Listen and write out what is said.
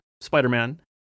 Spider-Man